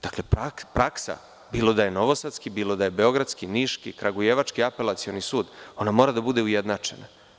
Dakle, praksa, bilo da je novosadski, bilo da je beogradski, niški, kragujevački apelacioni sud, ona mora da bude ujednačena.